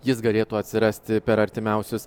jis galėtų atsirasti per artimiausius